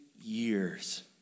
years